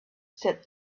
said